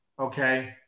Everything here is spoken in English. okay